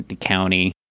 county